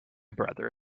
brother